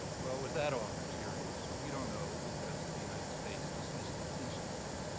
well, was that offer serious? we don't know because the united states dismissed it instantly.